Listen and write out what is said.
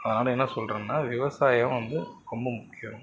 அதனால என்ன சொல்கிறேன்னா விவசாயம் வந்து ரொம்ப முக்கியம்